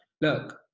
look